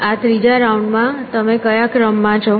આ ત્રીજા રાઉન્ડમાં તમે કયા ક્રમમાં છો